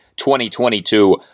2022